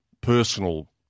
personal